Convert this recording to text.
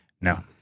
No